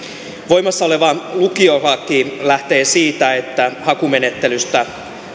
voimassa oleva lukiolaki lähtee siitä että hakumenettelystä